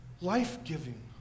life-giving